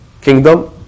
kingdom